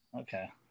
Okay